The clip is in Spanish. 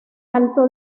alto